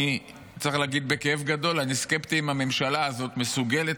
אני צריך להגיד בכאב גדול: אני סקפטי אם הממשלה הזאת מסוגלת